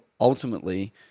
ultimately